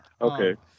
Okay